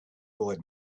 boy